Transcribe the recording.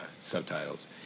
subtitles